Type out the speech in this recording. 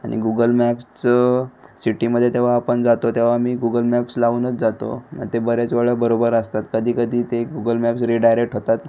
आणि गुगल मॅप्सचं सिटीमध्ये तेव्हा आपण जातो तेव्हा मी गुगल मॅप्स लावूनच जातो मग ते बरेचवेळा बरोबर असतात कधी कधी ते गुगल मॅप्स रिडायरेट होतात